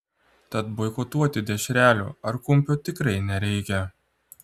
tad boikotuoti dešrelių ar kumpio tikrai nereikia